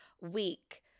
week